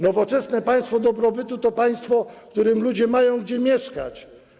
Nowoczesne państwo dobrobytu to państwo, w którym ludzie mają gdzie mieszkać.